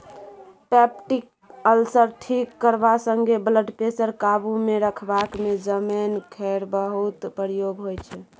peptic ulcer ठीक करबा संगे ब्लडप्रेशर काबुमे रखबाक मे जमैन केर बहुत प्रयोग होइ छै